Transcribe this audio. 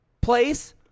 Place